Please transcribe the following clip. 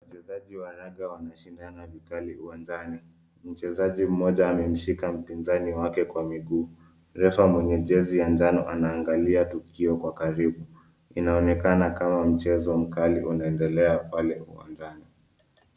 Wachezaji wa raga wanashindana vikali uwanjani. Mchezaji mmoja amemshika mpinzani wake kwa miguu. Refa mwenye jezi ua njano anaangalia tukio kwa karibu. Inaonekana kama mchezo mkali unaendelea pale uwanjani.